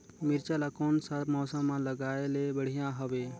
मिरचा ला कोन सा मौसम मां लगाय ले बढ़िया हवे